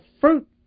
fruit